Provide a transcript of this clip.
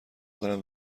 دارم